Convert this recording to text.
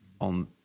on